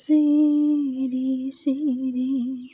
सिरि सिरि